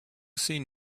seen